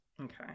Okay